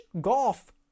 golf